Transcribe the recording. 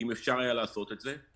אם אפשר היה לעשות את זה.